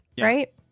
right